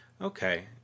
Okay